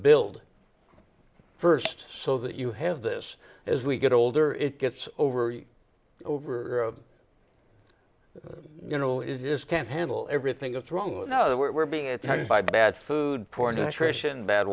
build first so that you have this as we get older it gets over you over you know it just can't handle everything goes wrong you know that we're being attacked by bad food